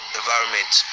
environment